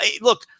look